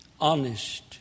honest